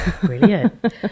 Brilliant